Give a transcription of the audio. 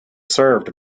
served